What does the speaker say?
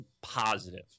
positive